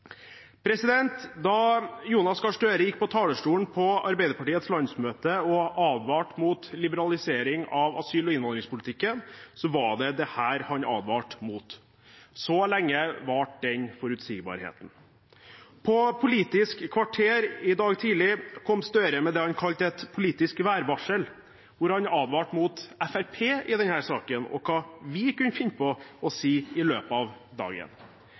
Da Jonas Gahr Støre gikk på talerstolen under Arbeiderpartiets landsmøte og advarte mot liberalisering av asyl- og innvandringspolitikken, var det dette han advarte mot. Så lenge varte den forutsigbarheten. På Politisk kvarter i dag tidlig kom Gahr Støre med det han kalte et politisk værvarsel, hvor han advarte mot Fremskrittspartiet i denne saken, og hva vi kunne finne på å si i løpet av dagen.